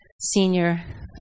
senior